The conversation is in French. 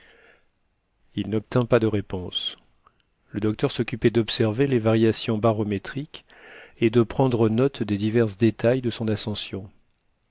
il n'obtint pas de réponse le docteur s'occupait d'observer les variations barométriques et de prendre note des divers détails de son ascension